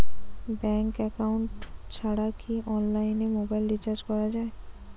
Bank account ছাড়া কি অনলাইনে মোবাইল রিচার্জ করা যায়?